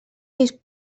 lleis